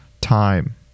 time